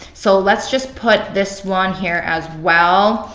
so let's just put this one here as well.